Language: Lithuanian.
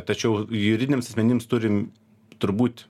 tačiau juridiniams asmenims turim turbūt